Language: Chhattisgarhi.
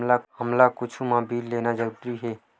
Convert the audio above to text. हमला कुछु मा बिल लेना जरूरी हे?